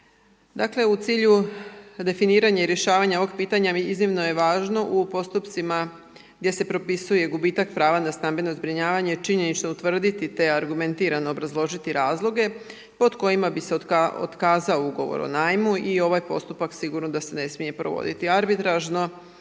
Dakle, u cilju definiranja i rješavanja ovog pitanja iznimno je važno u postupcima gdje se propisuje gubitak prava na stambeno zbrinjavanje činjenično utvrditi te argumentirano obrazložiti razloge pod kojima bi se otkazao ugovor o najmu i ovaj postupak sigurno da se ne smije provoditi arbitražno